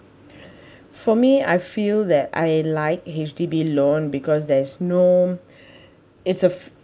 for me I feel that I like H_D_B loan because there's no it's a